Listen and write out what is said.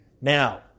Now